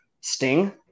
sting